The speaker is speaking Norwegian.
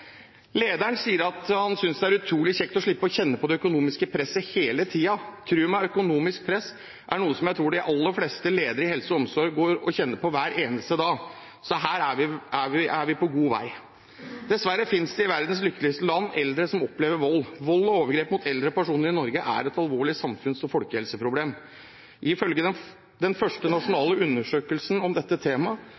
Lederen sier at han synes det er utrolig kjekt å slippe å kjenne på det økonomiske presset hele tiden. Tro meg, økonomisk press er noe som jeg tror de aller fleste ledere i helse- og omsorgssektoren kjenner på hver eneste dag, så her er vi på god vei. Dessverre finnes det i verdens lykkeligste land eldre som opplever vold. Vold og overgrep mot eldre personer i Norge er et alvorlig samfunns- og folkehelseproblem. Ifølge den første nasjonale undersøkelsen om dette temaet er vold og overgrep i den